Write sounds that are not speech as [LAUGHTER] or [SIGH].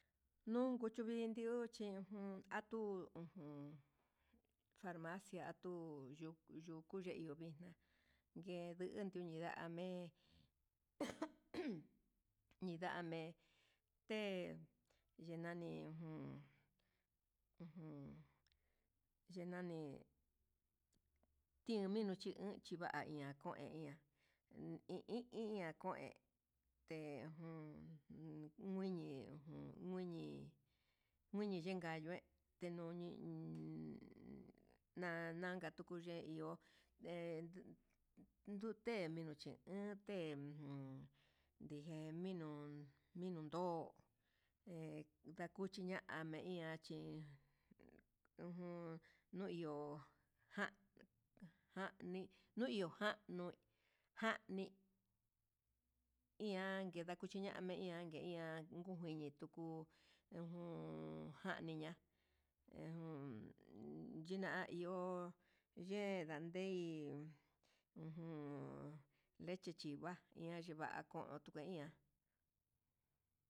Nunku chuu vindiochi ujun atu ujun farmacia atu atu yuku yuu vixna ngue, ndudio ndame'e [NOISE] Ndame té yenami ujun yenani ten minuu chine chivaña keiña i ian kuen te jun muiñi jun, muiñi yenka ñee tenoni na nanka kutu ye'é ye iho he nduté cheminu chenute jun ndijén mino, mino ndo [HESITATION] ndakuchi ña'a ñame iha chí ujun nuu iho jan jan ni nuio jano'o jani ian keda kuchinian ngué ngueian ngujini tuku ujun janiña, ejun yina'a iho yei ndadei ujun lechi chiva yiva kutu te ian.